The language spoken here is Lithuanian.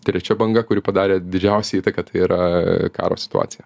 trečia banga kuri padarė didžiausią įtaką tai yra karo situacija